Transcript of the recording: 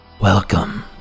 Welcome